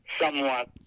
somewhat